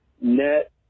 net